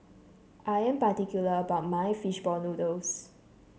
I am particular about my fish ball noodles